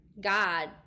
god